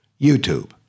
YouTube